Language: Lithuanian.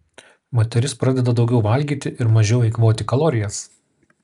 moteris pradeda daugiau valgyti ir mažiau eikvoti kalorijas